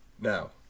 Now